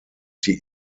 die